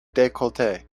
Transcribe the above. decollete